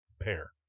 pair